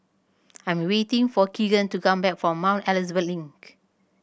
I'm waiting for Kegan to come back from Mount Elizabeth Link